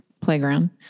playground